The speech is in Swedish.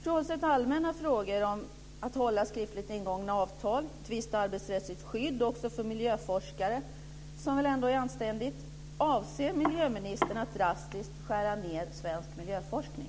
Frånsett allmänna frågor om att hålla skriftligt ingångna avtal och om tvistoch arbetsrättsligt skydd också för miljöforskare, något som väl ändå är anständigt - avser miljöministern att drastiskt skära ned svensk miljöforskning?